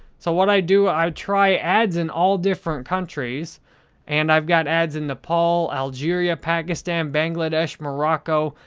so, what i do, i try ads in all different countries and i've got ads in nepal, algeria, pakistan, bangladesh, morocco,